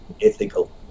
ethical